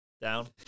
Down